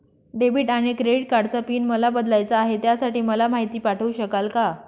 Debit आणि credit कार्डचा pin मला बदलायचा आहे, त्यासाठी मला माहिती पाठवू शकाल का?